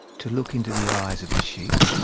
to look into the eyes of a sheep.